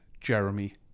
Jeremy